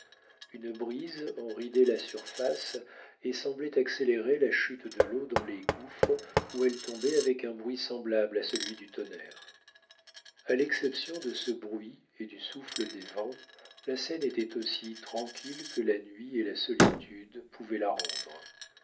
une brise en ridait la surface et semblait accélérer la chute de l'eau dans les gouffres où elle tombait avec un bruit semblable à celui du tonnerre à l'exception de ce bruit et du souffle des vents la scène était aussi tranquille que la nuit et la solitude pouvaient la rendre